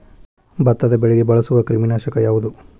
ಭತ್ತದ ಬೆಳೆಗೆ ಬಳಸುವ ಕ್ರಿಮಿ ನಾಶಕ ಯಾವುದು?